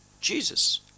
jesus